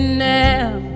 now